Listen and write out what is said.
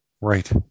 Right